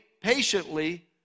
patiently